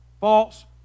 false